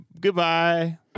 Goodbye